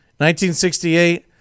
1968